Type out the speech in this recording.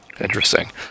Interesting